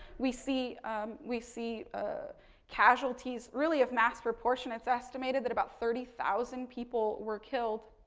we see we see ah casualties really of mass proportion. it's estimated that about thirty thousand people were killed.